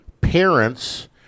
parents